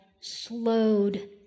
slowed